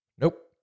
Nope